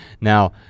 now